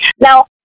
Now